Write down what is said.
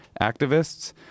activists